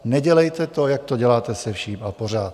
Nedělejte to, jak to děláte se vším a pořád.